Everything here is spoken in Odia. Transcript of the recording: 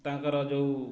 ତାଙ୍କର ଯେଉଁ